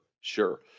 sure